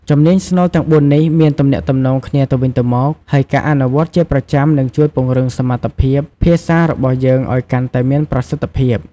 ជំនាញស្នូលទាំងបួននេះមានទំនាក់ទំនងគ្នាទៅវិញទៅមក ហើយការអនុវត្តជាប្រចាំនឹងជួយពង្រឹងសមត្ថភាពភាសារបស់យើងឱ្យកាន់តែមានប្រសិទ្ធភាព។